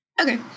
Okay